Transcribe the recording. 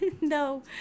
No